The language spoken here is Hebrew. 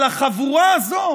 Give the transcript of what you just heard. אבל לחבורה הזו